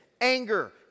anger